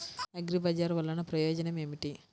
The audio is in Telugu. అగ్రిబజార్ వల్లన ప్రయోజనం ఏమిటీ?